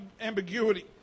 ambiguity